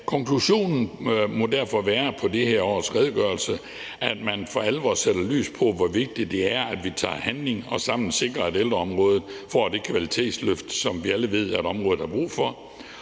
konklusionen på dette års redegørelse må derfor være, at man for alvor sætter lys på, hvor vigtigt det er, at vi tager handling og sammen sikrer, at ældreområdet får det kvalitetsløft, som vi alle ved at området har brug for,